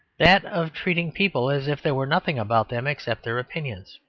that of treating people as if there were nothing about them except their opinions.